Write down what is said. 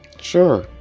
sure